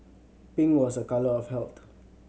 pink was a colour of health